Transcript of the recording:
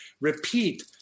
repeat